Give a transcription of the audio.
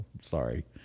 Sorry